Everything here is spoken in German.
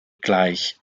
gleich